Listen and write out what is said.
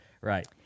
Right